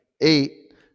eight